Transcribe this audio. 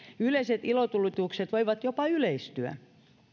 yleiset ilotulitukset voivat jopa yleistyä